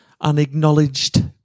unacknowledged